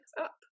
up